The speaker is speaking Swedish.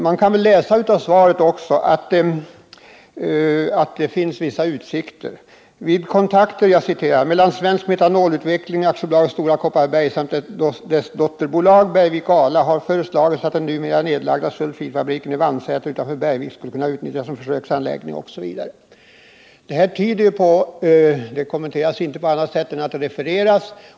Man kan väl också utläsa av svaret att det finns vissa utsikter: ”Vid kontakter mellan Svensk Metanolutveckling AB och Stora Kopparbergs Bergslags AB samt dess dotterbolag Bergvik och Ala AB har föreslagits att den numera nedlagda sulfitfabriken i Vannsäter utanför Bergvik skulle kunna utnyttjas som försöksanläggning” osv. Detta kommenteras inte på annat sätt, det bara refereras.